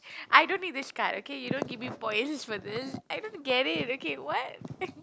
I don't need this card okay you don't give me points for this I don't get it okay what